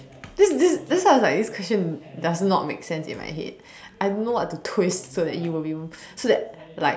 this this that's why I was like this question does not make sense in my head I don't know what to twist so that you will be so that like